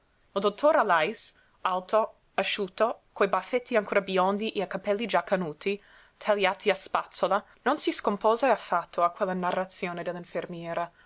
dottor allais alto asciutto coi baffetti ancora biondi e i capelli già canuti tagliati a spazzola non si scompose affatto a quella narrazione